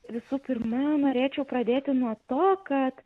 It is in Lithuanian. visų pirma norėčiau pradėti nuo to kad